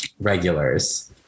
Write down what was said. regulars